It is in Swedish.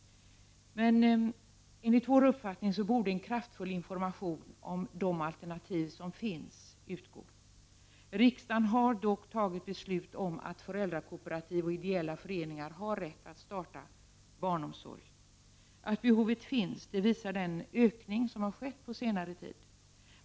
Men enligt vår uppfattning borde det ske en kraftfull information om de alternativ som finns. Riksdagen har dock fattat beslut om att föräldrakooperativ och ideella föreningar har rätt att starta barnomsorg. Att behovet finns visar den ökning som har skett på senare tid.